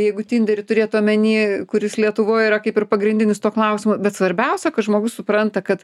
jeigu tinderį turėt omeny kuris lietuvoj yra kaip ir pagrindinis to klausimo bet svarbiausia kad žmogus supranta kad